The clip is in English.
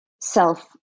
self